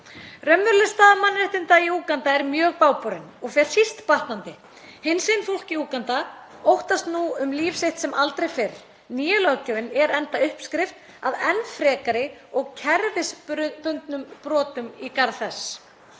Raunveruleg staða mannréttinda í Úganda er mjög bágborin og fer síst batnandi. Hinsegin fólk í Úganda óttast nú um líf sitt sem aldrei fyrr. Nýja löggjöfin er enda uppskrift að enn frekari og kerfisbundnum brotum í garð þess.